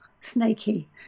snaky